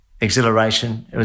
exhilaration